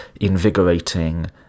invigorating